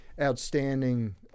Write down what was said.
outstanding